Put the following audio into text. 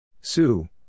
Sue